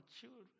children